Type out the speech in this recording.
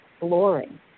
exploring